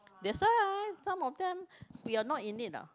that's why ah some of them we are not in it lah